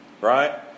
Right